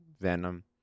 venom